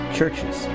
Churches